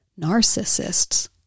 Narcissists